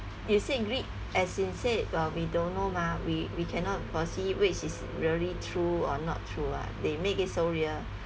you said greed as in said uh we don't know mah we we cannot foresee which is really true or not true ah they make it so real